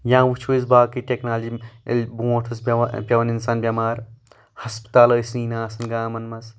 یا وٕچھو أسۍ باقٕے ٹٮ۪کنالجی ییٚلہِ برٛونٛٹھ اوس پٮ۪وان پٮ۪وان انسان بٮ۪مار ہسپتال ٲسی نہٕ آسان گامن منٛز